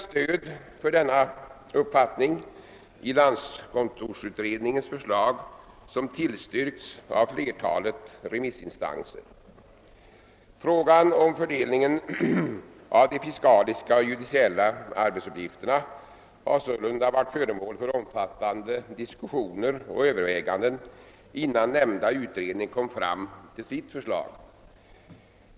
Stöd för denna uppfattning har vi i landskontorsutredningens förslag, som tillstyrkts av flertalet remissinstanser. Frågan om fördelningen av de fiskaliska och judiciella arbetsuppgifterna har sålunda varit föremål för omfattande diskussioner och överväganden innan nämnda utredning framlade sitt förslag.